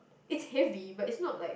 it's heavy but it's not like